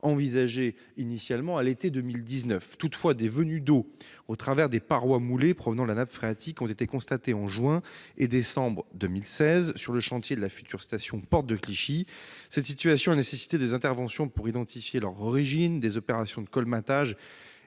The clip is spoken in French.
envisagée initialement à l'été 2019. Toutefois, des venues d'eau au travers des parois moulées, provenant de la nappe phréatique, ont été constatées en juin et décembre 2016 sur le chantier de la future station Porte de Clichy. Cette situation a nécessité des interventions pour identifier leur origine, des opérations de colmatage